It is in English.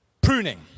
pruning